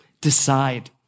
Decide